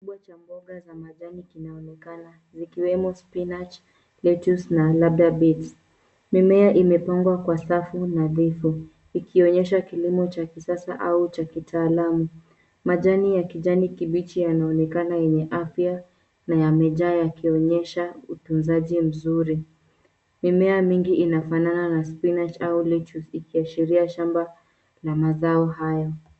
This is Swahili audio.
Chafu kubwa cha mboga za majani kinaonekana zikiwemo spinach , lettuce na labda beans . Mimea imepangwa kwa safu nadhifu ikionyesha kilimo cha kisasa au cha kitaalamu. Majani ya kijani kibichi yanaonekana yenye afya na yamejaa yakionyesha utunzaji mzuri. Mimea mingi inafanana na spinach au lettuce, ikiashiria shamba la mazao haya.